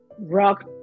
rock